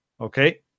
okay